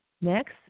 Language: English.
Next